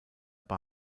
bei